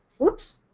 woops.